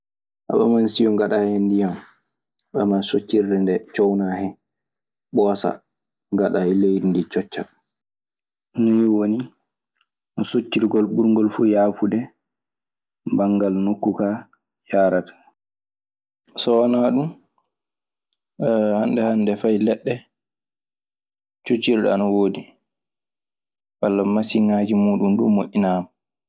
A ɓaman siyo ngaɗaa hen ndiyam, ɓamaa soccirde ndee ngaɗaa hen ɓoosa, ngaɗa e leydi ndii coccaa. Nii woni no soccirgol ɓurngol fuu yaafude banngal nokku kaa yaarata.